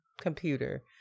computer